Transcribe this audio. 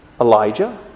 Elijah